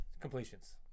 Completions